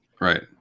right